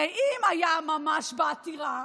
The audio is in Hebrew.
הרי אם היה ממש בעתירה,